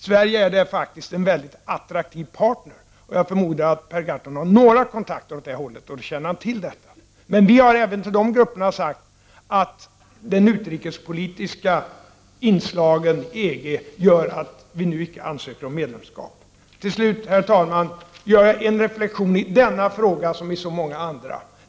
Sverige är faktiskt en mycket attraktiv partner. Jag förmodar att Per Gahrton har några kontakter åt det hållet, och då känner han till detta. Vi har även till de grupperna sagt att de utrikespolitiska inslagen i EG gör att vi nu icke ansöker om medlemskap. Till slut vill jag, herr talman, göra en reflexion i denna fråga, som i så många andra frågor.